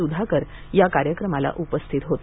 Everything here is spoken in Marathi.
सुधाकर या कार्यक्रमाला उपस्थित होते